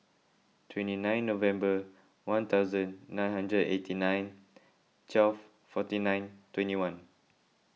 twenty nine November one thousand nine hundred eighty nine twelve forty nine twenty one